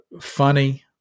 funny